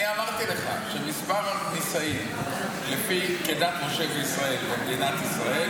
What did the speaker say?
אני אמרתי לך שמספר הנישאים כדת משה וישראל במדינת ישראל